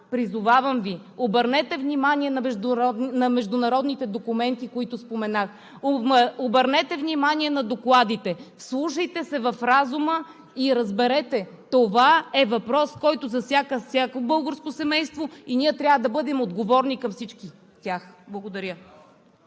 Призовавам ви, обърнете внимание на международните документи, които споменах, обърнете внимание на докладите, вслушайте се в разума и разберете, че това е въпрос, който засяга всяко българско семейство, ние трябва да бъдем отговорни към всички тях! Благодаря.